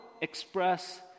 express